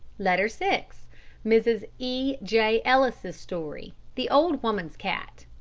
letter six mrs. e j. ellis's story the old woman's cat